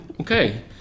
Okay